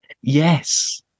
Yes